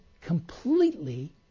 completely